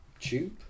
Tube